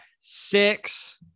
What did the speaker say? six